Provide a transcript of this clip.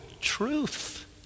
truth